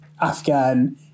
Afghan